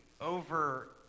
over